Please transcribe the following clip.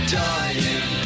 dying